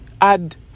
add